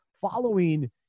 following